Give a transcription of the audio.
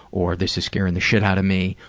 or this is scaring the shit out of me.